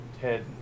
TED